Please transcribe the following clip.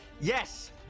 Yes